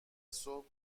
صبح